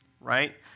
Right